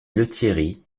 lethierry